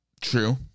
True